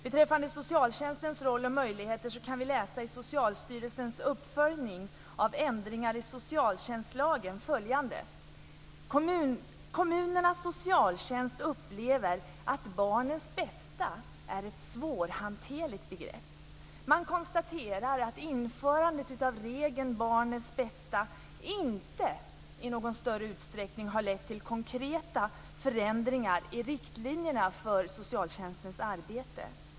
Beträffande socialtjänstens roll och möjligheter kan vi läsa i Socialstyrelsens uppföljning av ändringar i socialtjänstlagen följande: Kommunernas socialtjänst upplever att barnens bästa är ett svårhanterligt begrepp. Man konstaterar att införandet av regeln barnets bästa inte i någon större utsträckning har lett till konkreta förändringar i riktlinjerna för socialtjänstens arbete.